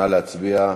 נא להצביע.